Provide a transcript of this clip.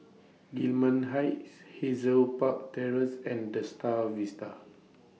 Gillman Heights Hazel Park Terrace and The STAR of Vista